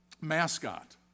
mascot